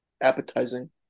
Appetizing